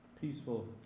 peaceful